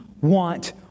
want